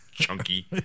Chunky